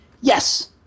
yes